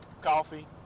coffee